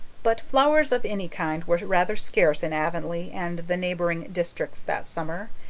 but flowers of any kind were rather scarce in avonlea and the neighboring districts that summer,